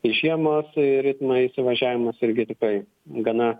žiemos ritmai įsivažiavimas irgi tikrai gana